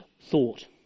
thought